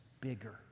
bigger